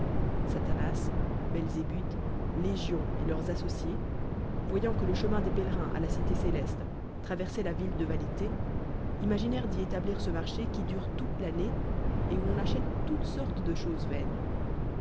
satanas belxe'but légion et leurs ilssociés voyant que le chemin les pelcl ills la cité célcste trnersoit la ville de vanité imaginèrent d'y etablir ce marché qui du toute l'année et où on acbihc toutessortes de cl ses vaines